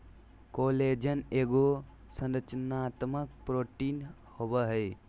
collagen एगो संरचनात्मक protein होबैय हइ